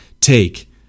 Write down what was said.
take